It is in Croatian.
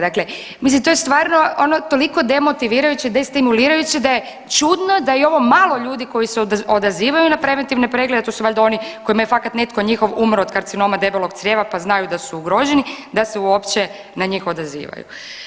Dakle, mislim to je stvarno toliko demotivirajuće, destimulirajuće da je čudno da i ovo malo ljudi koji se odazivaju na preventivne preglede, to su valjda oni kojima je fakat netko njihov umro od karcinoma debelog crijeva pa znaju da su ugroženi, da se uopće na njih odazivaju.